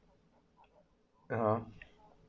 (uh huh)